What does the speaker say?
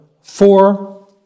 four